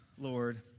Lord